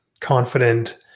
confident